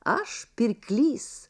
aš pirklys